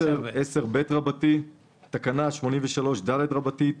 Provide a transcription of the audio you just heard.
מס' סעיף מס"ד פקודה תקנה תיאור מקוצר